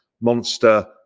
monster